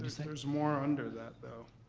you say? there's more under that, though.